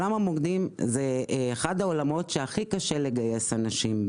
עולם המוקדים הוא אחד העולמות שהכי קשה לגייס אליו אנשים.